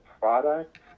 product